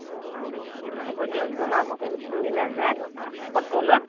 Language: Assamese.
অ হ'ব দিয়ক জনাব কোনদিনা যায় সত্ৰলৈ